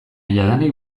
jadanik